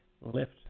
lift